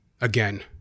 Again